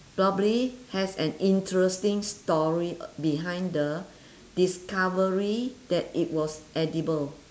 probably has an interesting story behind the discovery that it was edible